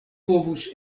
povus